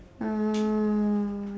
uh